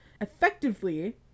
effectively